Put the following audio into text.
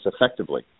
effectively